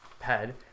head